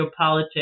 geopolitics